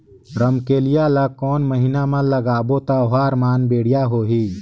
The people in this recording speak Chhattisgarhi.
रमकेलिया ला कोन महीना मा लगाबो ता ओहार बेडिया होही?